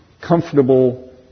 comfortable